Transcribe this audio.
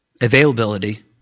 Availability